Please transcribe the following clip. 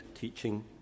teaching